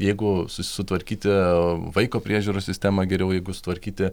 jeigu su sutvarkyti vaiko priežiūros sistemą geriau jeigu sutvarkyti